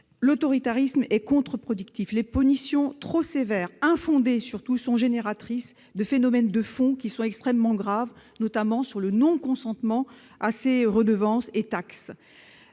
L'autoritarisme est contre-productif : les punitions trop sévères, infondées surtout, sont génératrices de phénomènes de fond extrêmement graves, notamment le non-consentement aux redevances et aux taxes.